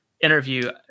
interview